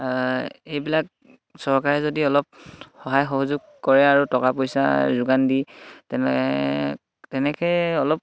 এইবিলাক চৰকাৰে যদি অলপ সহায় সহযোগ কৰে আৰু টকা পইচা যোগান দি তেনে তেনেকৈ অলপ